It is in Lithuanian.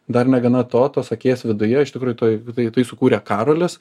dar negana to tos akies viduje iš tikrųjų toj tai tai sukūrė karolis